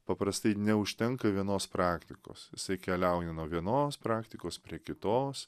paprastai neužtenka vienos praktikos jisai keliauja nuo vienos praktikos prie kitos